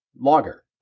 logger